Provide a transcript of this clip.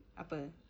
apa